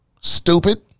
Stupid